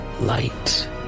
light